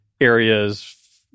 areas